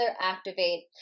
activate